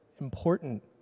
important